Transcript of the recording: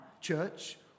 church